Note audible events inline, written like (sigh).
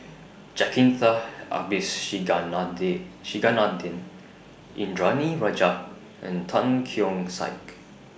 Jacintha (unintelligible) Indranee Rajah and Tan Keong Saik